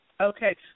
Okay